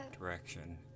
direction